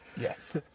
Yes